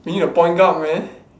we need the point guard man